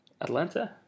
Atlanta